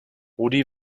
rudi